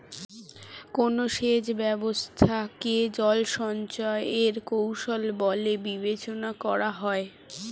কোন সেচ ব্যবস্থা কে জল সঞ্চয় এর কৌশল বলে বিবেচনা করা হয়?